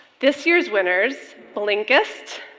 this year's winners blinkist,